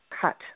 cut